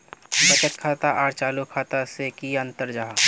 बचत खाता आर चालू खाता से की अंतर जाहा?